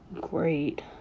great